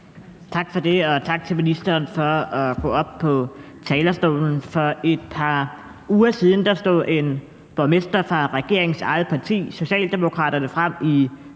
Tak for det, og tak til ministeren for at gå op på talerstolen. For et par uger siden stod en borgmester fra regeringens eget parti, Socialdemokraterne, frem –